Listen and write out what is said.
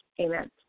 amen